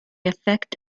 effect